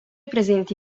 presenti